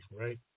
right